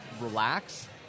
relax